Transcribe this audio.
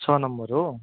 छ नम्बर हो